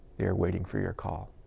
they're waiting for your call.